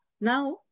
now